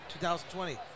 2020